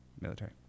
military